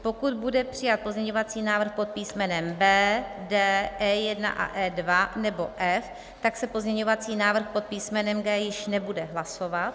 Pokud bude přijat pozměňovací návrh pod písmenem B, D, E1 a E2 nebo F, tak se pozměňovací návrh pod písmenem G již nebude hlasovat.